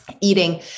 eating